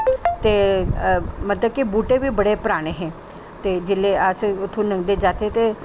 ते मतलब कि बूहटे बी बडे़ पराने हे ते जिसले अस उत्थूं लंघदे जाह्चै ते